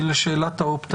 היא לשאלת ה-opt out.